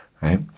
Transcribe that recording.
Right